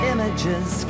Images